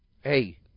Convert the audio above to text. hey